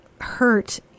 hurt